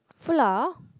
flour